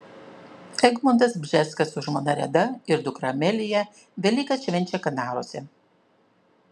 egmontas bžeskas su žmona reda ir dukra amelija velykas švenčia kanaruose